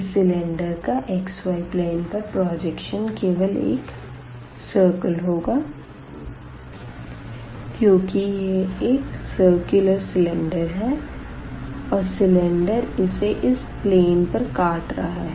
इस सिलेंडर का xy plane पर प्रजेक्शन केवल एक सर्कल होगा क्योंकि यह एक परिपत्र सिलेंडर है और सिलेंडर इसे इस प्लेन पर काट रहा है